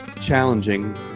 challenging